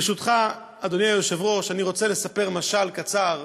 ברשותך, אדוני היושב-ראש, אני רוצה לספר משל קצר.